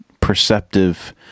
perceptive